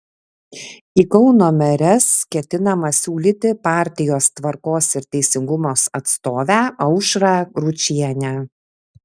į kauno meres ketinama siūlyti partijos tvarkos ir teisingumas atstovę aušrą ručienę